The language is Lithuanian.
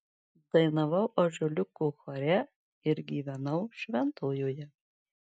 dainavau ąžuoliuko chore ir gyvenau šventojoje